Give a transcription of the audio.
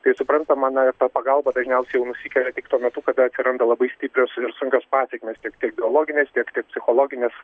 tai supranta na ta pagalba dažniausiai jau nusikelia tik tuo metu kada atsiranda labai stiprios ir sunkios pasekmės tiek tiek biologinės tiek psichologinės